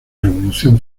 revolución